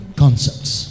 concepts